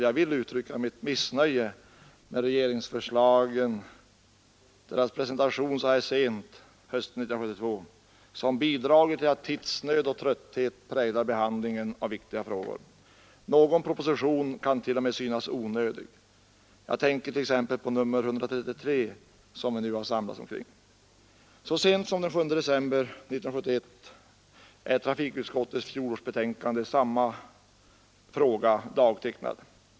Jag vill uttrycka mitt missnöje med att regeringens förslag presenteras så här sent denna höst 1972, vilket har bidragit till att tidsnöd och trötthet nu präglar behandlingen av viktiga frågor. Någon proposition kan t.o.m. synas onödig. Jag tänker då t.ex. på propositionen 133, som vi nu behandlar. Trafikutskottets fjolårsbetänkande i samma fråga är dagtecknad så sent som den 7 december 1971.